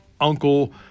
uncle